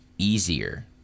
Easier